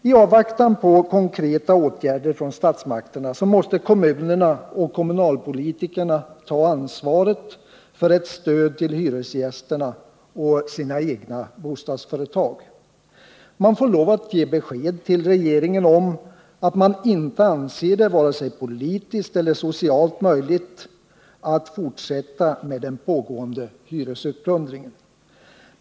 I avvaktan på konkreta åtgärder från statsmakternas sida måste kommunerna och kommunalpolitikerna ta ansvaret för ett stöd till hyresgästerna och till sina egna bostadsföretag. Man får lov att ge besked till regeringen om att man inte anser det vara vare sig politiskt eller socialt möjligt att fortsätta med den pågående hyresplundringen.